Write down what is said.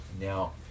Now